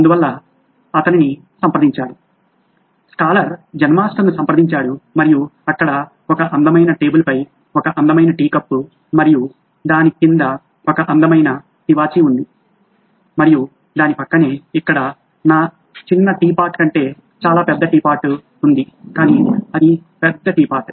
అందువల్ల అతనిని సంప్రదించాడు స్కాలర్ జెన్ మాస్టర్ను సంప్రదించాడు మరియు అక్కడ ఒక అందమైన టేబుల్పై ఒక అందమైన టీ కప్పు మరియు దాని క్రింద ఒక అందమైన తివాచీ ఉంది మరియు దాని పక్కనే ఇక్కడ నా చిన్న టీ పాట్ కంటే చాలా పెద్ద టీ పాట్ ఉంది కానీ అది పెద్ద టీ పాట్